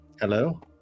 Hello